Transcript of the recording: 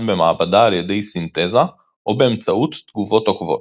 במעבדה על ידי סינתזה או באמצעות תגובות עוקבות.